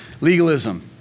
Legalism